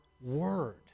word